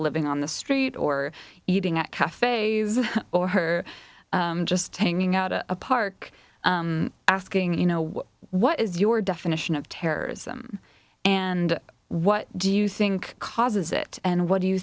living on the street or eating at cafes or her just hanging out at a park asking you know what is your definition of terrorism and what do you think causes it and what do you